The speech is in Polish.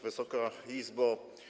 Wysoka Izbo!